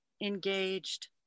engaged